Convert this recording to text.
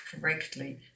correctly